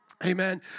Amen